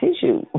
tissue